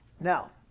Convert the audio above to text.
Now